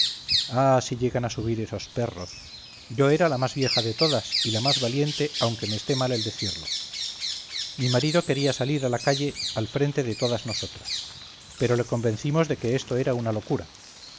ah si llegan a subir esos perros yo era la más vieja de todas y la más valiente aunque me esté mal el decirlo mi marido quería salir a la calle al frente de todas nosotras pero le convencimos de que esto era una locura